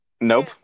Nope